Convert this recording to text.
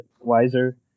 wiser